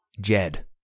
Jed